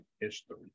history